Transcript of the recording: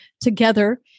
Together